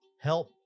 help